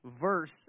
verse